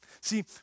See